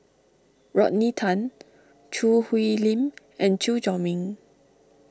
Rodney Tan Choo Hwee Lim and Chew Chor Meng